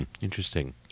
Interesting